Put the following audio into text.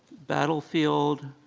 battlefield,